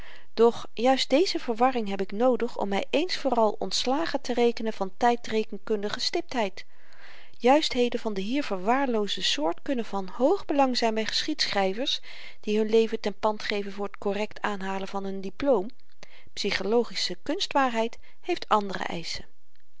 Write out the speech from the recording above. doch juist deze verwarring heb ik noodig om my eens vooral ontslagen te rekenen van tydrekenkundige stiptheid juistheden van de hier verwaarloosde soort kunnen van hoog belang zyn by geschiedschryvers die hun leven ten pand geven voor t korrekt aanhalen van n diploom psychologische kunstwaarheid heeft àndere eischen